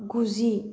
गुजि